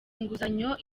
inguzanyo